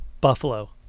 Buffalo